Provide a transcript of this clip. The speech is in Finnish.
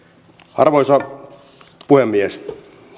arvoisa puhemies